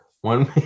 one